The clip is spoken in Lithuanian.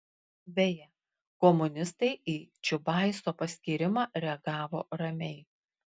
beje komunistai į čiubaiso paskyrimą reagavo ramiai